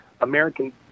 American